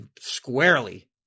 squarely